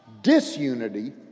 Disunity